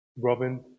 Robin